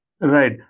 right